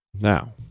Now